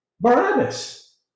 Barabbas